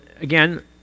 again